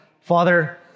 Father